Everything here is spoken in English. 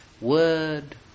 word